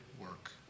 work